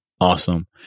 Awesome